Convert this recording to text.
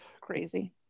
crazy